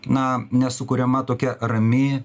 na nesukuriama tokia rami